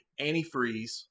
antifreeze